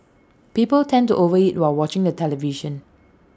people tend to over eat while watching the television